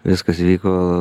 viskas vyko